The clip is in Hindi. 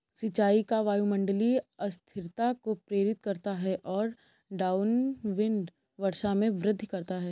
सिंचाई का वायुमंडलीय अस्थिरता को प्रेरित करता है और डाउनविंड वर्षा में वृद्धि करता है